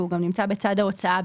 והוא גם נמצא בצד ההוצאה,